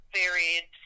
varied